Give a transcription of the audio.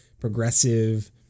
progressive